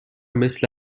مثل